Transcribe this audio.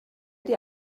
dir